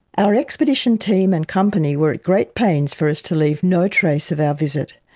our expedition team and company were at great pains for us to leave no trace of our visit.